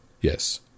Yes